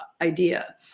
idea